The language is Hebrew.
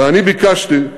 ואני ביקשתי,